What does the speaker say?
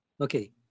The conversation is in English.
Okay